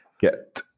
get